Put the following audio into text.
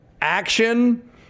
action